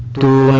to